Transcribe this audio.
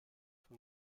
von